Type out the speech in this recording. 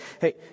hey